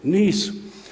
Nisu.